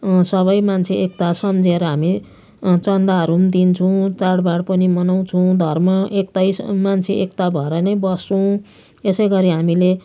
सबै मान्छे एकता सम्झेर हामी चन्दाहरू पनि दिन्छौँ चाडबाड पनि मनाउँछौँ धर्म एकतै स मान्छे एकता भएर नै बस्छौँ यसै गरी हामीले